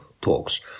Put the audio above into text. talks